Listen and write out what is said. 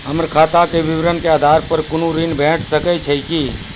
हमर खाता के विवरण के आधार प कुनू ऋण भेट सकै छै की?